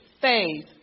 faith